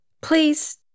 Please